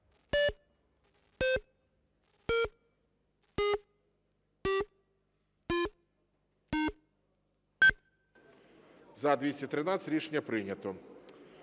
За-237 Рішення прийнято.